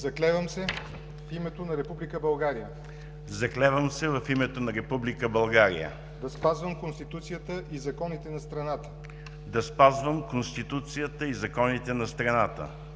„Заклевам се в името на Република България да спазвам Конституцията и законите на страната